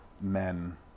men